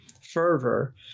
fervor